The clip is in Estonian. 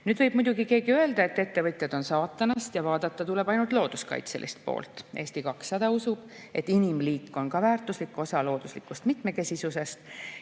Nüüd võib keegi muidugi 8öelda, et ettevõtjad on saatanast ja vaadata tuleb ainult looduskaitselist poolt. Eesti 200 usub, et inimliik on ka väärtuslik osa looduslikust mitmekesisusest